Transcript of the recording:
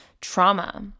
trauma